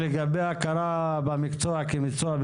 אתה תהיה אחראי על בדיקה משפטית לפענוח איזושהי סוגיה,